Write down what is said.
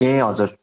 ए हजुर